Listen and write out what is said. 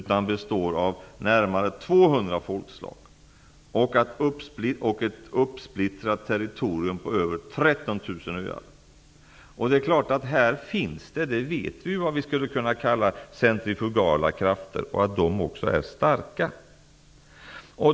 Landet består av närmare 200 folkslag och ett uppsplittrat territorium på över 13 000 öar. Vi vet att det här finns vad vi kan kalla centrifugala krafter och att de är starka.